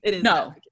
No